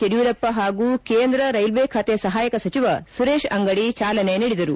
ಯಡಿಯೂರಪ್ಪ ಹಾಗೂ ಕೇಂದ್ರ ರೈಲ್ವೇ ಖಾತೆ ಸಹಾಯಕ ಸಚಿವ ಸುರೇಶ್ ಅಂಗಡಿ ಚಾಲನೆ ನೀಡಿದರು